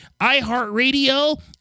iHeartRadio